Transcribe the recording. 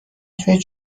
توی